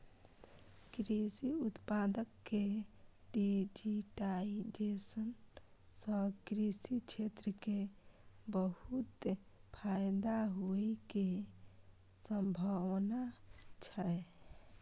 कृषि उत्पाद के डिजिटाइजेशन सं कृषि क्षेत्र कें बहुत फायदा होइ के संभावना छै